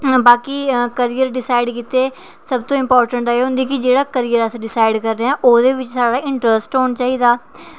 बाकी career decide गित्तै सब तू इंपोर्टेंट एह् होंदा ऐ कि जेह्ड़ा करियर अस डिसाईड करने आं ओह्दे बी साढ़ा इंटरस्ट होना चाहिदा